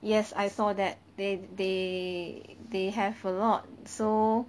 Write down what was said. yes I saw that they they they have a lot so